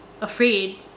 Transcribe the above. afraid